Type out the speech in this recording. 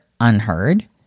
unheard